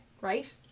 Right